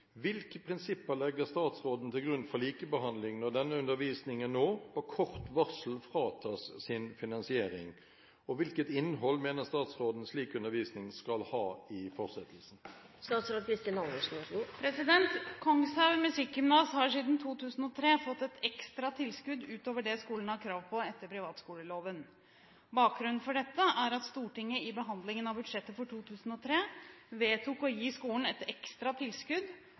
Hvilke prinsipper legger statsråden til grunn for likebehandling når denne undervisningen nå på kort varsel fratas sin finansiering, og hvilket innhold mener statsråden slik undervisning skal ha i fortsettelsen?» Kongshaug Musikkgymnas har siden 2003 fått et ekstra tilskudd ut over det skolen har krav på etter privatskoleloven. Bakgrunnen for dette er at Stortinget i behandlingen av budsjettet for 2003, vedtok å gi skolen et ekstra tilskudd